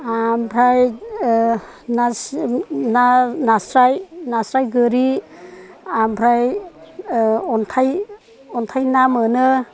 आमफ्राय ना नास्राय नास्राय गोरि आमफ्राय अन्थाय अन्थाय ना मोनो